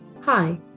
Hi